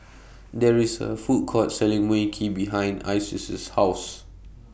There IS A Food Court Selling Mui Kee behind Isis' House